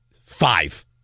Five